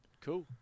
Cool